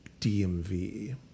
DMV